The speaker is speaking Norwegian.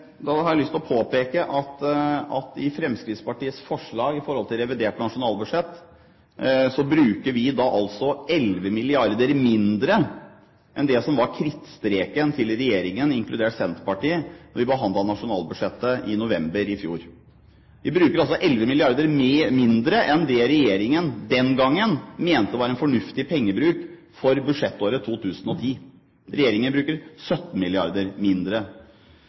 Da har jeg lyst til å påpeke at vi i Fremskrittspartiets forslag til revidert nasjonalbudsjett bruker 11 mrd. kr mindre enn det som var krittstreken til regjeringen, inkludert Senterpartiet, da vi behandlet nasjonalbudsjettet i november i fjor. Vi bruker altså 11 mrd. mindre enn det regjeringen den gangen mente var en fornuftig pengebruk for budsjettåret 2010. Regjeringen bruker 17 mrd. kr mindre.